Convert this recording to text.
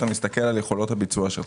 אתה מסתכל על יכולות הביצוע שלך.